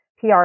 PR